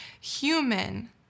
human